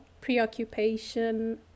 preoccupation